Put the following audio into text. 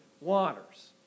waters